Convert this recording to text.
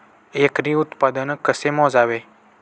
एकरी उत्पादन कसे मोजावे?